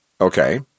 Okay